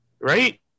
right